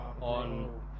On